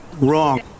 Wrong